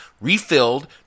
refilled